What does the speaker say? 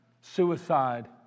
suicide